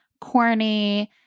corny